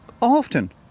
often